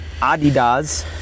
Adidas